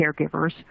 caregivers